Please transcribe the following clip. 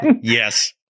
Yes